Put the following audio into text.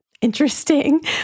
interesting